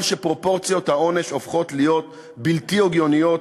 שפרופורציות העונש הופכות להיות בלתי הגיוניות